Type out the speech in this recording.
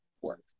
work